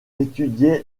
étudia